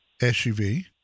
SUV